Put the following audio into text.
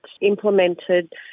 implemented